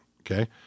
okay